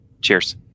Cheers